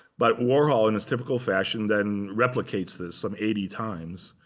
but warhol, in its typical fashion, then replicates this some eighty times.